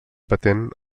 patent